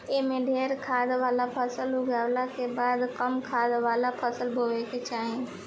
एमे ढेरे खाद वाला फसल उगावला के बाद कम खाद वाला फसल बोए के चाही